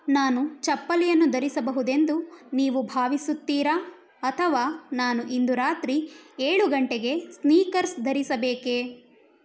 ನಾನು ಚಪ್ಪಲಿಯನ್ನು ಧರಿಸಬಹುದೆಂದು ನೀವು ಭಾವಿಸುತ್ತೀರಾ ಅಥವಾ ನಾನು ಇಂದು ರಾತ್ರಿ ಏಳು ಗಂಟೆಗೆ ಸ್ನೀಕರ್ಸ್ ಧರಿಸಬೇಕೇ